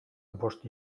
bost